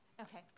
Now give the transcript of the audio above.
Okay